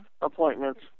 appointments